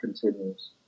continues